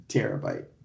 Terabyte